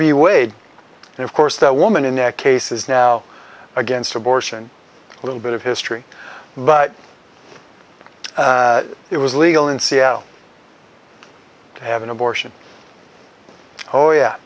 v wade and of course that woman in a case is now against abortion a little bit of history but it was legal in seattle to have an abortion oh yeah